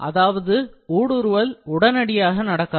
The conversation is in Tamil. அதாவது ஊடுருவல் உடனடியாக நடக்காது